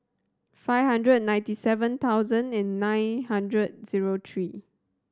five hundred and ninety seven thousand and nine hundred zero three